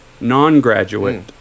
non-graduate